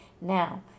now